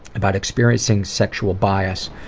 about experiencing sexual bias,